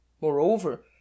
Moreover